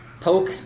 poke